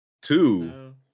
Two